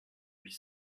huit